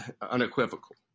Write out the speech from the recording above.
unequivocal